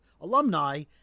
alumni